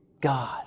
God